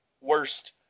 worst